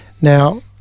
Now